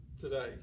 today